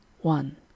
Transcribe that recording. one